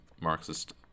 Marxist